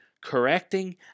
correcting